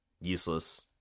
Useless